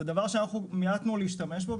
זה דבר שאנחנו מיעטנו להשתמש בו.